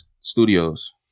Studios